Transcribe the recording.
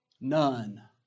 None